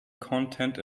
content